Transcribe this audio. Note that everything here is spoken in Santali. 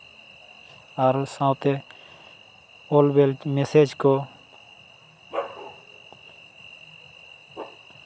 ᱟᱨᱚ ᱥᱟᱶᱛᱮ ᱚᱞ ᱵᱮᱞ ᱢᱮᱥᱮᱡᱽ ᱠᱚ